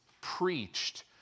preached